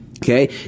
Okay